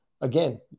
again